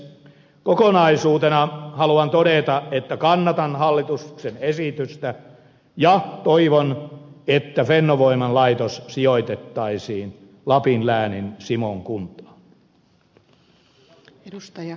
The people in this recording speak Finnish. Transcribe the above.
kokonaisuutena haluan todeta että kannatan hallituksen esitystä ja toivon että fennovoiman laitos sijoitettaisiin lapin läänin simon kuntaan